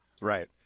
right